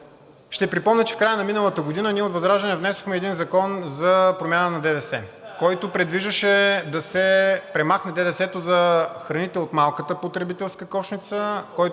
Ще припомня, че в края на миналата година ние от ВЪЗРАЖДАНЕ внесохме един закон за промяна на ДДС, който предвиждаше да се премахне ДДС-то за храните от малката потребителска кошница, който